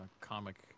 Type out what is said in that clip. comic